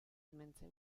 hementxe